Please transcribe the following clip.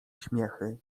śmiechy